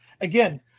again